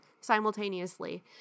simultaneously